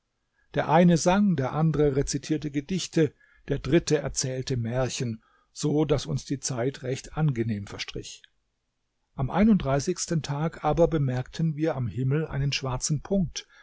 der eine sang der andere rezitierte gedichte der dritte erzählte märchen so daß uns die zeit recht angenehm verstrich am einunddreißigsten tag aber bemerkten wir am himmel einen schwarzen punkt